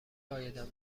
عایدم